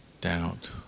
doubt